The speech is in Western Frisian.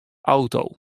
auto